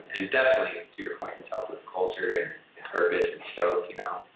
and definitely to your point itself with culture and purpose and stoked, you know?